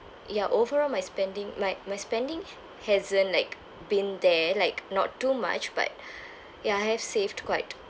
ya overall my spending like my spending hasn't like been there like not too much but ya I have saved quite